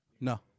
No